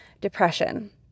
depression